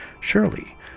surely